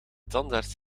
tandarts